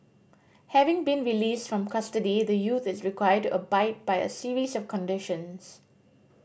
having been released from custody the youth is required to abide by a series of conditions